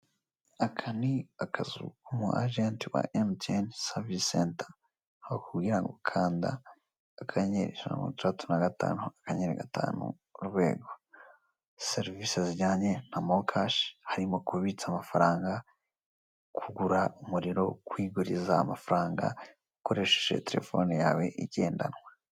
Aka ni akazu k'umu ajenti wa MTN savisi senta, aho bakubwira ngo kanda akanyenyeri ijana na mirongo itandatu na gatanu akanyenyeri gatanu urwego, serivisi za MTN zijyanye na MOKASHI, zizimo kubitsa amafaranga, kwigurira amayinite, kubikora byose ukoresheje terefone yawe igendanwa